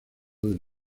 del